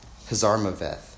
Hazarmaveth